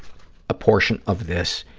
a portion of this.